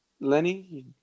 lenny